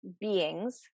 beings